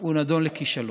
הוא נידון לכישלון.